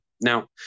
now